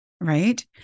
Right